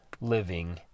living